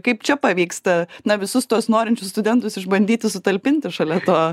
kaip čia pavyksta na visus tuos norinčius studentus išbandyti sutalpinti šalia to